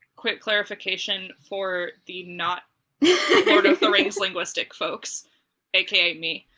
quick clarification for the not lord-of-the-rings linguistic folks aka me.